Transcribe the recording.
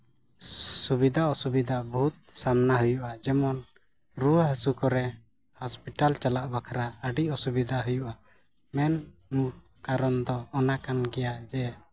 ᱥᱩᱵᱤᱫᱟ ᱚᱥᱩᱵᱤᱫᱟ ᱵᱚᱦᱩᱛ ᱥᱟᱢᱱᱟ ᱦᱩᱭᱩᱜᱼᱟ ᱡᱮᱢᱚᱱ ᱨᱩᱣᱟᱹ ᱦᱟᱹᱥᱩ ᱠᱚᱨᱮᱫ ᱦᱚᱥᱯᱤᱴᱟᱞ ᱪᱟᱞᱟᱜ ᱵᱟᱠᱷᱨᱟ ᱟᱹᱰᱤ ᱚᱥᱩᱵᱤᱫᱟ ᱦᱩᱭᱩᱜᱼᱟ ᱢᱮᱱ ᱠᱟᱨᱚᱱ ᱫᱚ ᱚᱱᱟ ᱠᱟᱱ ᱜᱮᱭᱟ ᱡᱮ